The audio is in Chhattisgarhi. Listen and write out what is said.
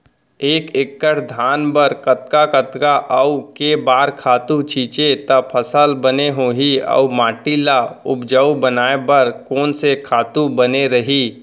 एक एक्कड़ धान बर कतका कतका अऊ के बार खातू छिंचे त फसल बने होही अऊ माटी ल उपजाऊ बनाए बर कोन से खातू बने रही?